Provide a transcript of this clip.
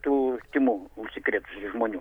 tų tymų užsikrėtusių žmonių